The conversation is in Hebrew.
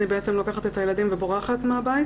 לקחתי את הילדים וברחתי מהבית